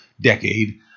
decade